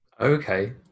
Okay